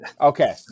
Okay